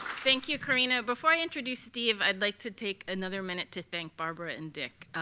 thank you, karina. before i introduce steve, i'd like to take another minute to thank barbara and dick.